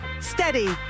steady